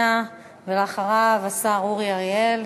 אחריו, השר אורי אריאל.